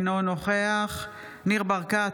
אינו נוכח ניר ברקת,